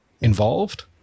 involved